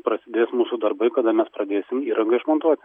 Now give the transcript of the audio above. prasidės mūsų darbai kada mes pradėsim įrangą išmontuoti